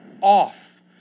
off